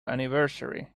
anniversary